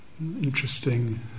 Interesting